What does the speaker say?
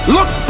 Look